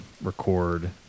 record